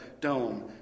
dome